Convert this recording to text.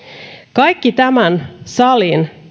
kaikki tämän salin